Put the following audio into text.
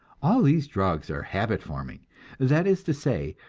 all these drugs are habit forming that is to say,